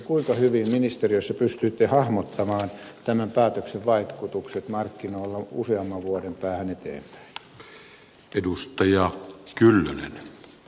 kuinka hyvin ministeriössä pystyitte hahmottamaan tämän päätöksen vaikutukset markkinoilla useamman vuoden päähän eteenpäin